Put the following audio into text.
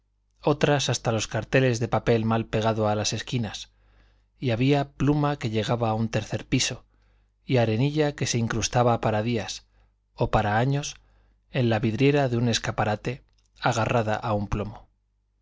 otras hasta los carteles de papel mal pegado a las esquinas y había pluma que llegaba a un tercer piso y arenilla que se incrustaba para días o para años en la vidriera de un escaparate agarrada a un plomo